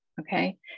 Okay